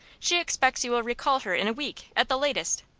she expects you will recall her in a week, at the latest.